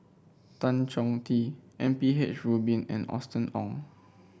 Tan Chong Tee M P H Rubin and Austen Ong